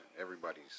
everybody's